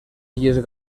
illes